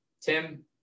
Tim